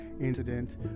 incident